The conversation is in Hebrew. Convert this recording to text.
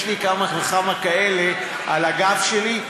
יש לי כמה וכמה כאלה על הגב שלי.